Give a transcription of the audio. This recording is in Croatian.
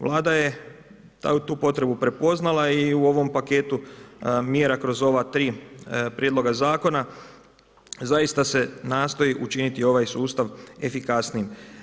Vlada je tu potrebu prepoznala i u ovom paketu mjera kroz ova tri prijedloga zakona zaista se nastoji učiniti ovaj sustav efikasnijim.